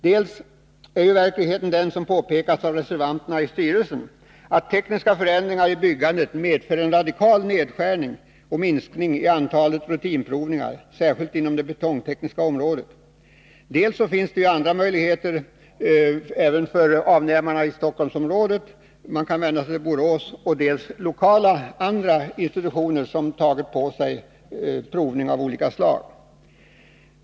Dels är ju verkligheten den, som påpekats av reservanterna i styrelsen, att tekniska förändringar i byggandet medför en radikal nedskärning av antalet rutinprovningar, särskilt inom det betongtekniska området, dels finns det andra möjligheter för avnämarna i Stockholmsområdet — de kan vända sig till Borås eller till andra lokala institutioner som tagit på sig provning av olika slag.